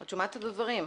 את שומעת את הדברים.